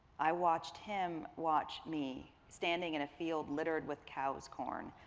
i watched him watch me standing in a field littered with cow's corn,